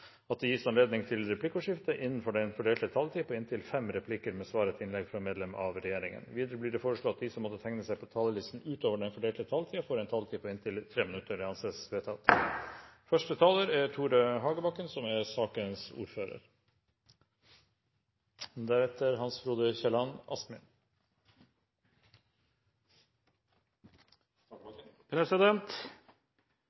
at det gis anledning til replikkordskifte på inntil tre replikker med svar etter innlegg fra medlem av regjeringen innenfor den fordelte taletid. Videre blir det foreslått at de som måtte tegne seg på talerlisten utover den fordelte taletid, får en taletid på inntil 3 minutter. – Det anses vedtatt. Her i Norge har vi gode velferdsordninger. Velferdsordningene våre er